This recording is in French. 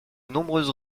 nombreuses